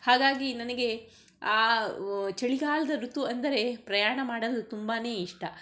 ಹಾಗಾಗಿ ನನಗೆ ಆ ಒ ಚಳಿಗಾಲದ ಋತು ಅಂದರೆ ಪ್ರಯಾಣ ಮಾಡಲು ತುಂಬಾ ಇಷ್ಟ